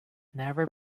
never